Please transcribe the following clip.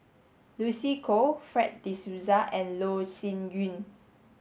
Lucy Koh Fred de Souza and Loh Sin Yun